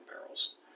barrels